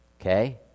okay